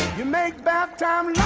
you make back down